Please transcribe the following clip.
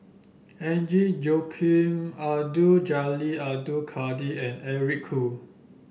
Agnes Joaquim Abdul Jalil Abdul Kadir and Eric Khoo